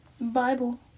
Bible